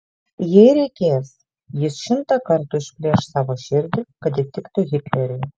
jei reikės jis šimtą kartų išplėš savo širdį kad įtiktų hitleriui